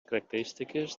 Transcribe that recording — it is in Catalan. característiques